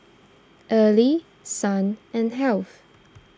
Early Son and Heath